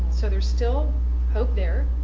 so there's still hope there